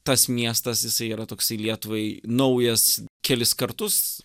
tas miestas jisai yra toksai lietuvai naujas kelis kartus